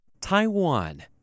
Taiwan